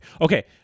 Okay